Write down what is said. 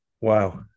Wow